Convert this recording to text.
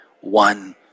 one